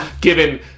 given